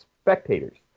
spectators